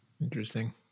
Interesting